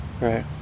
Right